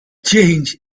change